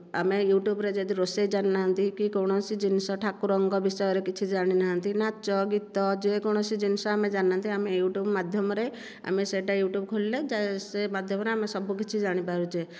ଆମେ ୟୁଟ୍ୟୁବରେ ଯଦି ରୋଷେଇ ଜାଣିନାହାନ୍ତି କି କୌଣସି ଜିନିଷ ଠାକୁରଙ୍କ ବିଷୟରେ କିଛି ଜାଣିନାହାନ୍ତି ନାଚ ଗୀତ ଯେକୌଣସି ଜିନିଷ ଆମେ ଜାଣିନାହାନ୍ତି ଆମେ ୟୁଟ୍ୟୁବ ମାଧ୍ୟମରେ ଆମେ ସେହିଟା ୟୁଟ୍ୟୁବ ଖୋଲିଲେ ସେ ମାଧ୍ୟମରେ ଆମେ ସବୁ କିଛି ଜାଣିପାରୁଛେ